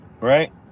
right